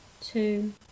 two